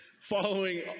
following